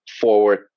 forward